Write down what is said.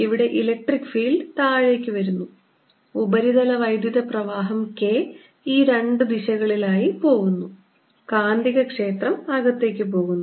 ഇവിടെ electric field താഴേക്ക് വരുന്നു ഉപരിതല വൈദ്യുത പ്രവാഹം K ഈ രണ്ടു ദിശകളിൽ ആയി പോകുന്നു കാന്തികക്ഷേത്രം അകത്തേക്ക് പോകുന്നു